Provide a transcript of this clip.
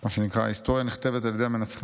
מה שנקרא, ההיסטוריה נכתבת על ידי המנצחים.